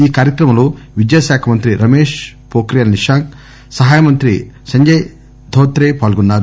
ఈ కార్యక్రమంలో విద్యాశాఖ మంత్రి రమేష్ ఫొక్రియాల్ నిషాంక్ సహాయమంత్రి సంజయ్ తోత్రే పాల్గొన్నారు